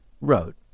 wrote